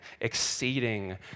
exceeding